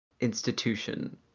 institution